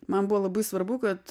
man buvo labai svarbu kad